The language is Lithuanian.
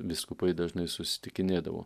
vyskupai dažnai susitikinėdavo